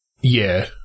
yeah-